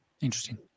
interesting